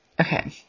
Okay